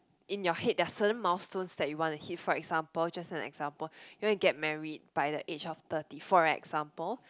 in your head there are a certain milestones that you wanna hit for example just an example you wanna get married by the age of thirty for example